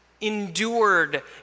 endured